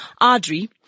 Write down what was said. Audrey